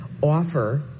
offer